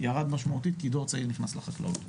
ירד משמעותית, כי דור צעיר נכנס לחקלאות.